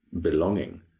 belonging